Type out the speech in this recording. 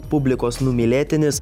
publikos numylėtinis